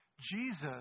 Jesus